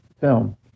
film